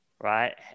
Right